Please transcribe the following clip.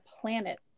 planet